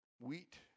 wheat